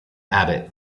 abbot